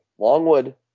Longwood